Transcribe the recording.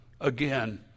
again